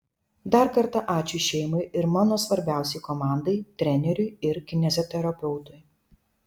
dar kartą ačiū šeimai ir mano svarbiausiai komandai treneriui ir kineziterapeutui